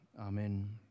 Amen